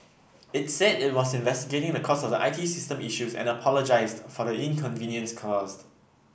it said it was investigating the cause of the I T system issues and apologised for inconvenience caused